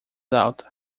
alta